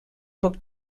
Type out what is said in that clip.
book